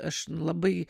aš labai